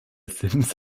sims